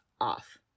off